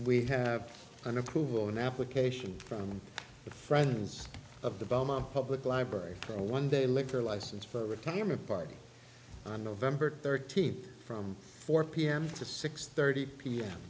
we have an a pool an application from the friends of the belmont public library for a one day liquor license for retirement party on november thirteenth from four p m to six thirty